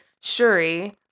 Shuri